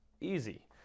Easy